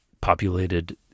populated